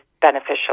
beneficial